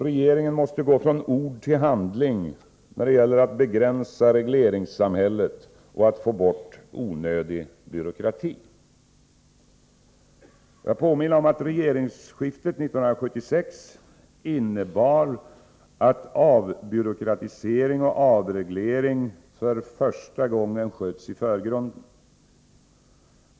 Regeringen måste gå från ord till handling när det gäller att begränsa regleringssamhället och få bort onödig byråkrati. Jag vill påminna om att regeringsskiftet 1976 innebar att avbyråkratisering och avreglering för första gången sköts i förgrunden.